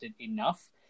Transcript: enough